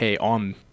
on